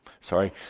Sorry